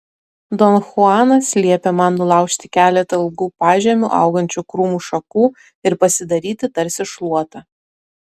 don chuanas liepė man nulaužti keletą ilgų pažemiu augančių krūmų šakų ir pasidaryti tarsi šluotą